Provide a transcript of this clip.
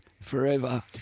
forever